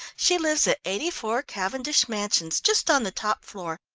she lives at eighty four, cavendish mansions, just on the top floor,